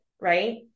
right